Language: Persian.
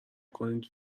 کنید